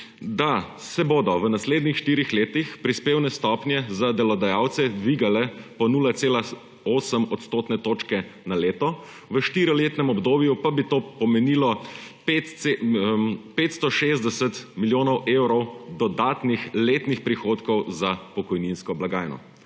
da se bodo v naslednjih štirih letih prispevne stopnje za delodajalce dvigale po 0,8 odstotne točke na leto, v štiriletnem obdobju pa bi to pomenilo 560 milijonov evrov dodatnih letnih prihodkov za pokojninsko blagajno.